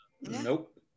Nope